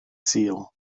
sul